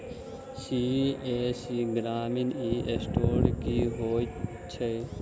CSC ग्रामीण e store की होइ छै?